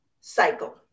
cycle